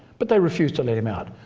but they refused to let him out.